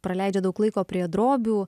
praleidžia daug laiko prie drobių